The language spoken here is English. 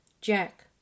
Jack